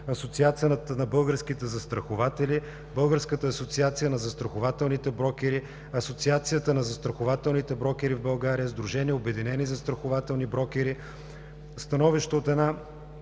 Асоциацията на българските застрахователи, Българската асоциация на застрахователните брокери, Асоциацията на застрахователните брокери в България, Сдружение „Обединени застрахователни брокери“, становище от група